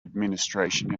administration